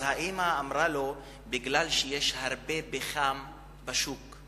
אז האמא ענתה: כי יש הרבה פחם בשוק.